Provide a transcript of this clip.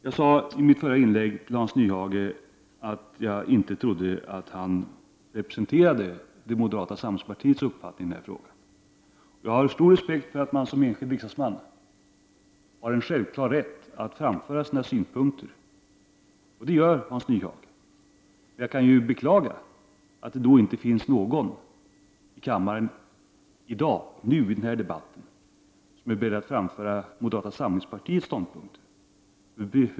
Jag sade i mitt förra inlägg till Hans Nyhage att jag inte trodde att han representerade det moderata samlingspartiets uppfattning i denna fråga. Jag har stor respekt för att man som enskild riksdagsman har en självklar rätt att framföra sina synpunkter, vilket Hans Nyhage gör. Jag kan däremot beklaga att det i denna debatt inte finns någon i kammaren som är beredd att framföra moderata samlingspartiets ståndpunkt.